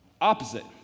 opposite